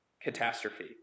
catastrophe